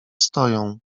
stoją